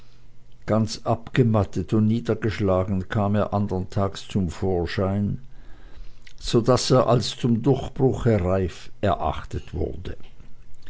ganz abgemattet und niedergeschlagen kam er andern tages zum vorschein so daß er als zum durchbruche reif erachtet wurde